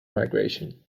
migration